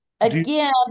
again